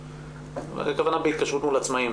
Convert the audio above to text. הכוונה התקשרויות מול עצמאיים,